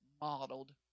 modeled